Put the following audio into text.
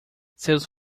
seus